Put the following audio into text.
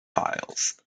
piles